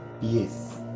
Yes